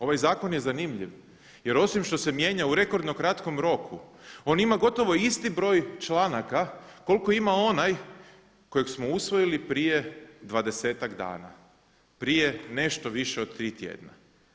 Ovaj zakon je zanimljiv, jer osim što se mijenja u rekordno kratkom roku on ima gotovo isti broj članaka koliko ima onaj kojeg smo usvojili prije dvadesetak dana, prije nešto više od tri tjedna.